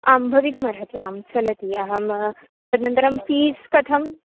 आं भवितुमर्हति आं चलति अहम् तद्नन्तरं फ़ीस् कथं